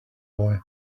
boy